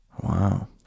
wow